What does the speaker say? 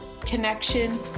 connection